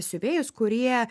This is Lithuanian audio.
siuvėjus kurie